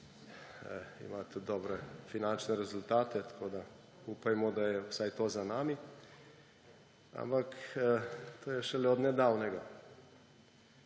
Imate dobre finančne rezultate, tako da upajmo, da je vsaj to za nami. Ampak to je šele od nedavnega.